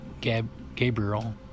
Gabriel